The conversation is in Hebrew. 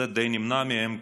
זה די נמנע מהם,